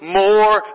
more